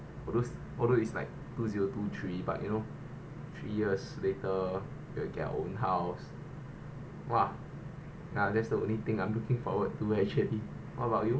although although it's like two zero two three but you know three years later you'll get your own house !wah! ah that's the only thing I'm looking forward to actually what about you